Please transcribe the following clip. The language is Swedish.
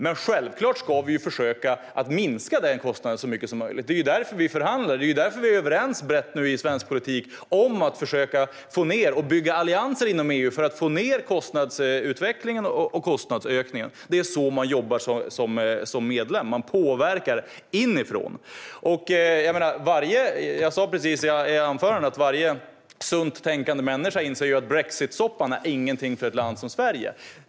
Men självklart ska vi försöka minska den kostnaden så mycket som möjligt. Det är därför vi förhandlar. Det är därför vi är brett överens i svensk politik om att försöka bygga allianser inom EU för att få ned kostnadsökningen. Det är så man jobbar som medlem. Man påverkar inifrån. Jag sa precis i mitt anförande att varje sunt tänkande människa inser att brexitsoppan inte är någonting för ett land som Sverige.